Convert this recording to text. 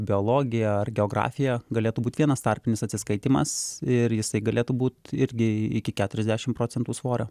biologija ar geografija galėtų būt vienas tarpinis atsiskaitymas ir jisai galėtų būt irgi iki keturiasdešimt procentų svorio